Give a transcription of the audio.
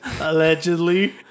Allegedly